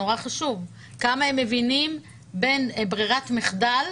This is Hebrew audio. וזה נורא חשוב כמה הם מבינים בין ברירת מחדל